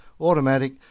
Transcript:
Automatic